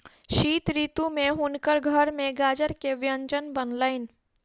शीत ऋतू में हुनकर घर में गाजर के व्यंजन बनलैन